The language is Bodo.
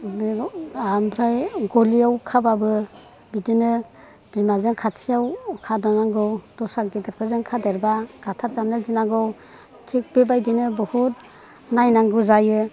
आमफ्राय गलियाव खाब्लाबो बिदिनो बिमाजों खाथियाव खाबथानांगौ दस्रा गिदिरफोरजों खादेरब्ला गाथार जानो गिनांगौ थिग बेबादिनो बहुद नायनांगौ जायो